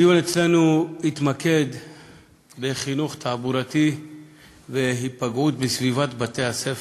הדיון אצלנו התמקד בחינוך תעבורתי ובהיפגעות בסביבת בתי-הספר.